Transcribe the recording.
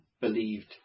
believed